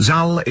Zal